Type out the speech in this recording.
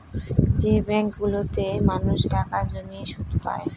যে ব্যাঙ্কগুলোতে মানুষ টাকা জমিয়ে সুদ পায়